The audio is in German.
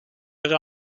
ihre